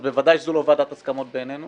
אז בוודאי שזו לא ועדת ההסכמות בעינינו.